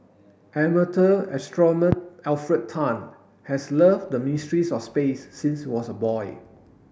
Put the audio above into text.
amateur Alfred Tan has loved the mysteries of space since was a boy